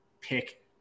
pick